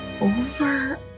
over